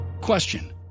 Question